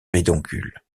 pédoncule